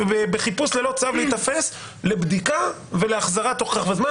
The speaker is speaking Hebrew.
בחיפוש ללא צו להיתפס לבדיקה ולהחזרה תוך כך זמן.